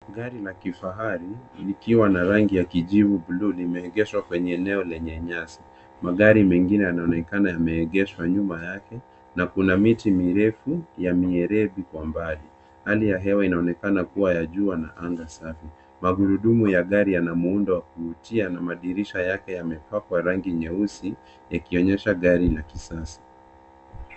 Gari la kifahari likiwa na rangi ya kijivu buluu, limeegeshwa kwenye eneo lenye nyasi. Magari mengine yanaonekana yameegeshwa nyuma yake na kuna miti mirefu ya mieledi kwa mbali. Hali ya hewa inaonekana kuwa ya jua na anga safi. Magurudumu ya gari yana muundo wa kuvutia na madirisha yake yamepakwa rangi nyeusi; yakionyesha gari la kisasa.